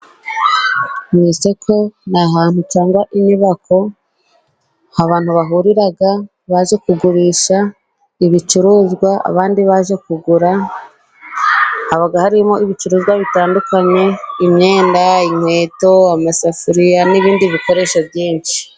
Mu isoko ni ahantu usanga inyubako, abantu bahurira baje kugurisha ibicuruzwa abandi baje kugura, haba harimo ibicuruzwa bitandukanye; imyenda, inkweto, amasafuriya, n'ibindi bikoresho byinshi.